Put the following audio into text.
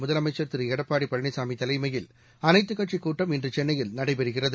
மற்றும் திருளடப்பாடிபழனிசாமிதலைமையில் அனைத்துக்கட்சிக் கூட்டம் இன்றுசென்னையில் நடைபெறுகிறது